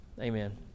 Amen